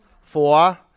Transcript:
Four